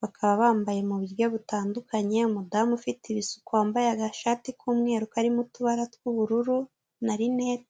bakaba bambaye mu buryo butandukanye, umudamu ufite ibisuko wambaye agashati k'umweru karimo utubara tw'ubururu na rinete.